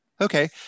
Okay